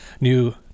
new